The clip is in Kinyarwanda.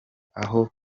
aho